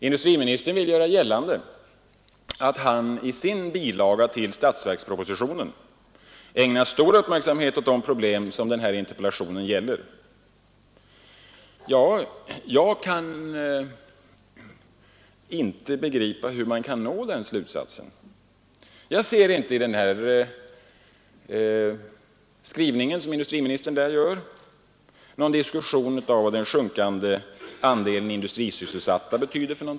Industriministern vill göra gällande att han i sin bilaga till statsverkspropositionen ägnar stor uppmärksamhet åt de problem min interpellation tar upp. Jag kan inte begripa hur man kan dra den slutsatsen. Jag ser inte i den skrivning som industriministern gör i propositionen någon diskussion av vad den sjunkande andelen industrisysselsatta betyder.